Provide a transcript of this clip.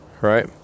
right